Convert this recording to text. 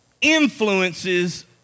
influences